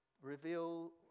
Reveal